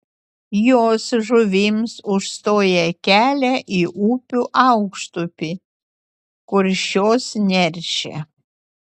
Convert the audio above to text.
jos žuvims užstoja kelia į upių aukštupį kur šios neršia